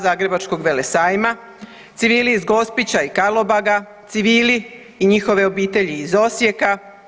Zagrebačkog velesajma, civili iz Gospića i Karlobaga, civili i njihove obitelji iz Osijeka.